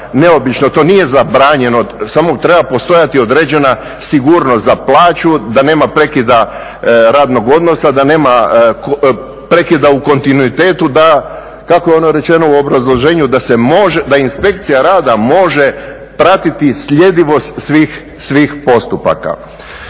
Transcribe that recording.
to nije zabranjeno, samo treba postojati određena sigurnost za plaću, da nema prekida radnog odnosa, da nema prekida u kontinuitetu, da kako je ono rečeno u obrazloženju da Inspekcija rada može pratiti sljedivost svih postupaka.